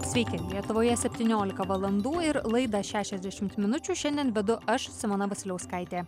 sveiki lietuvoje septyniolika valandų ir laidą šešiasdešimt minučių šiandien vedu aš simona vasiliauskaitė